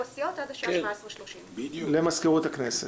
הסיעות עד השעה 17:30. למזכירות הכנסת.